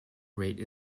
rate